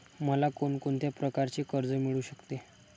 मला कोण कोणत्या प्रकारचे कर्ज मिळू शकते?